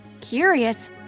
Curious